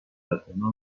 arasında